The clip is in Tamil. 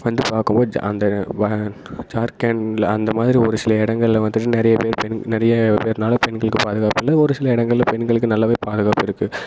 வந்து பார்க்கும்போது ஜ அந்த வ ஜார்கெண்டில் அந்த மாதிரி ஒரு சில இடங்கள்ல வந்துவிட்டு நிறைய பேர் பெண் நிறைய பேர்னால் பெண்களுக்கு பாதுகாப்பு இல்லை ஒரு சில இடங்கள்ல பெண்களுக்கு நல்லாவே பாதுகாப்பு இருக்கு